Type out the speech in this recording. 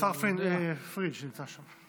השר פריג' נמצא שם.